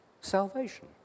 salvation